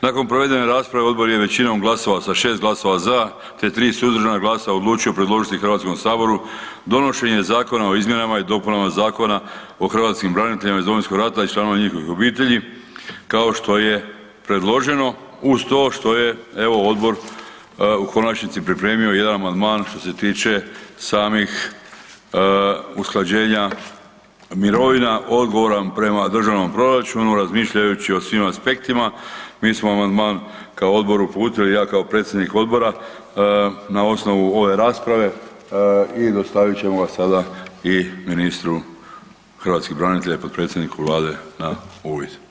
Nakon provedene rasprave odbor je većinom glasova sa šest glasova za te tri suzdržana glasa odlučio predložiti HS-u donošenje Zakona o izmjenama i dopunama Zakona o hrvatskim braniteljima iz Domovinskog rata i članovima njihovih obitelji kao što je predloženo uz to što je odbor u konačnici pripremio jedan amandman što se tiče samih usklađenja mirovina odgovoran prema državnom proračunu razmišljajući o svim aspektima mi smo amandman kao odbor uputili i ja kao predsjednik odbora na osnovu ove rasprave i dostavit ćemo ga sada i ministru hrvatskih branitelja i potpredsjedniku Vlade na uvid.